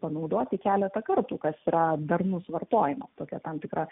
panaudoti keletą kartų kas yra darnus vartojimas tokia tam tikra